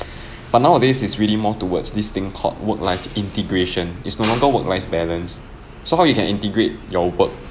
but nowadays it's really more towards this thing called work-life integration it's no longer work-life balance so how you can integrate your work